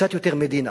קצת יותר מדינה,